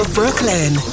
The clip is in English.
brooklyn